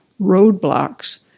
roadblocks